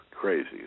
crazy